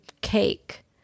cake